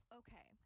okay